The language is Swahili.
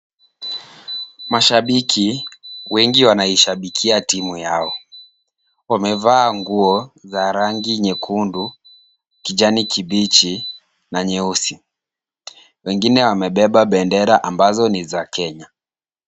Mashabiki wengi wanaishabikia timu yao ,wamevaa nguo za rangi nyekundu ,kijani kibichi na nyeusi, wengine wamebeba bendera ambazo ni za Kenya .